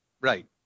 Right